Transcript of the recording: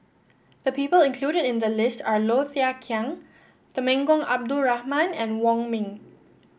the people included in the list are Low Thia Khiang Temenggong Abdul Rahman and Wong Ming